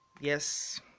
yes